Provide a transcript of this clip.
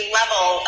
level